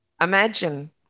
imagine